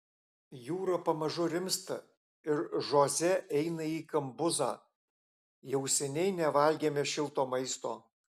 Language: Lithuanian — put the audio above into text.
jūra pamažu rimsta ir žoze eina į kambuzą jau seniai nevalgėme šilto maisto